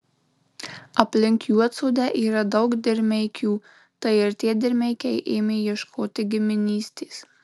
aplink juodsodę yra daug dirmeikių tai ir tie dirmeikiai ėmė ieškoti giminystės